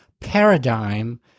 paradigm